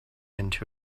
into